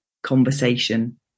Conversation